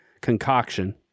concoction